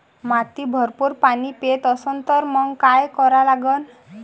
माती भरपूर पाणी पेत असन तर मंग काय करा लागन?